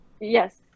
Yes